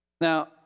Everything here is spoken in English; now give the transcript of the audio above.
Now